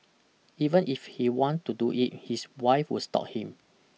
even if he want to do it his wife will stop him